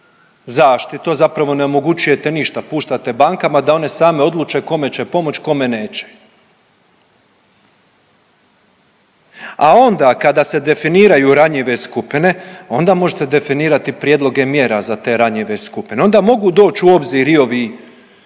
zaštitu, a zapravo ne omogućujete ništa. Puštate bankama da one same odluče kome će pomoć, kome neće. A onda kada se definiraju ranjive skupine onda možete definirati prijedloge mjera za te ranjive skupine. Onda mogu doći u obzir i ovi